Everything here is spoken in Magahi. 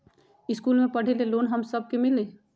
इश्कुल मे पढे ले लोन हम सब के मिली?